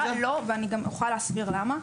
לא ואני גם אוכל להסביר למה.